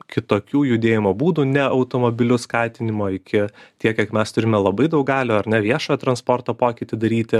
kitokių judėjimo būdų ne automobiliu skatinimo iki tiek kiek mes turime labai daug galių ar ne viešojo transporto pokytį daryti